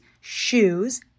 shoes